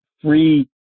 free